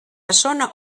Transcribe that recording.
zona